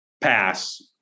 Pass